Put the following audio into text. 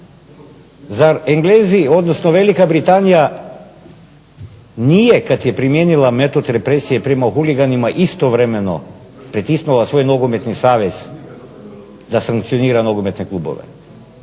Zar Englezi odnosno Velika Britanija nije kada je primijenila metod represije prema huliganima istovremeno pritisnula svoj nogometni savez da sankcionira nogometne klubove?